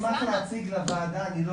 למה?